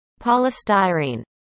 polystyrene